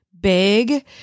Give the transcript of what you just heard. big